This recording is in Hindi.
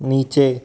नीचे